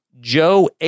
Joe